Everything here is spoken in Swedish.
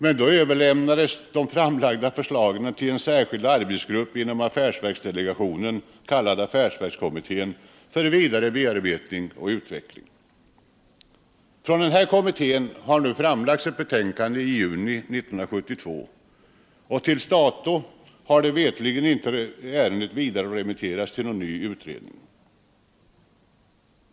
Men då överlämnades de framlagda förslagen till en särskild arbetsgrupp inom affärsverksdelegationen, kallad affärsverkskommittén, för vidare bearbetning och utveckling. Denna kommitté framlade ett betänkande i juni 1972 och till dags dato har ärendet veterligen inte remitterats till någon ny utredning.